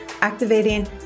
activating